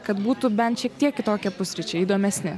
kad būtų bent šiek tiek kitokie pusryčiai įdomesni